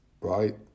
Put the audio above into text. right